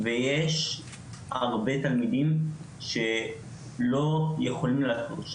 ויש הרבה תלמידים שלא יכולים להרשות